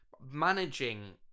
managing